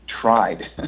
tried